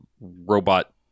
robot